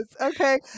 Okay